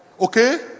okay